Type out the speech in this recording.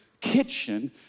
kitchen